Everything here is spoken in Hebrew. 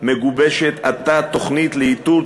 מגובשת עתה תוכנית לאיתור,